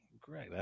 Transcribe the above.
great